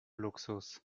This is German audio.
luxus